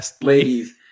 ladies